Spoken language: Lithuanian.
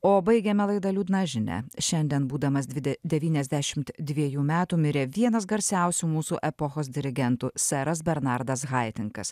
o baigiame laidą liūdna žinia šiandien būdamas dvide devyniasdešimt dviejų metų mirė vienas garsiausių mūsų epochos dirigentų seras bernardas haitinkas